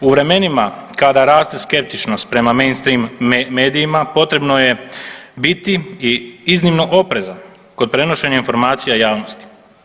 U vremenima kada raste skeptičnost prema mainstream medijima potrebno je biti i iznimno oprezan kod prenošenja informacija javnosti.